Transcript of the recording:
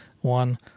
one